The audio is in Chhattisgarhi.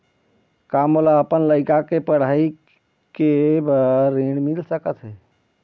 का मोला अपन लइका के पढ़ई के बर ऋण मिल सकत हे?